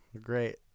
great